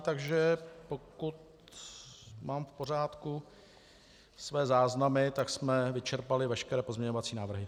Takže pokud mám v pořádku své záznamy, tak jsme vyčerpali veškeré pozměňovací návrhy.